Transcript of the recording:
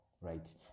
right